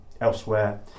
elsewhere